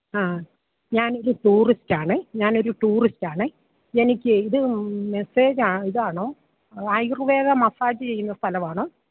ആ ഞാൻ ഒരു ടൂറിസ്റ്റ് ആണ് ഞാൻ ഒരു ടൂറിസ്റ്റ് ആണ് എനിക്ക് ഇത് മെസ്സേജ ഇതാണോ ആയുർവേദ മസാജ് ചെയ്യുന്ന സ്ഥലമാണോ